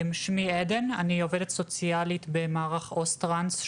שמי עדן ואני עובדת סוציאלית במערך עו"ס טרנס,